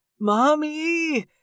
Mommy